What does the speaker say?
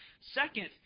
Second